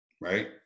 right